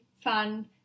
fun